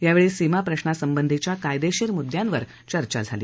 यावेळी सीमा प्रश्नासंबंधीच्या कायदेशीर मुद्यांवर चर्चा झाली